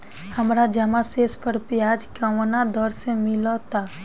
हमार जमा शेष पर ब्याज कवना दर से मिल ता?